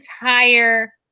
entire